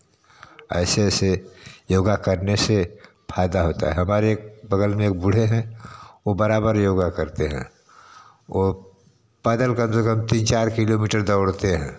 ऐसे ऐसे योग करने से फ़ायदा होता है हमारे बगल में एक बूढ़े हैं वे बराबर योग करते हैं वे पैदल कम से कम तीन चार किलोमीटर दौड़ते हैं